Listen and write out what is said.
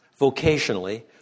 vocationally